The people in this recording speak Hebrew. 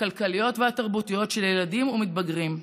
הכלכליות והתרבותיות של ילדים ומתבגרים.